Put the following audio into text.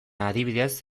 adibidez